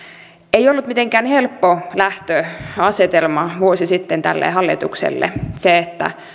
ei ollut mitenkään helppo lähtöasetelma vuosi sitten tälle hallitukselle se että